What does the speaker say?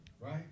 right